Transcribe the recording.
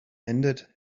ended